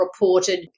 reported